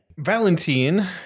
Valentine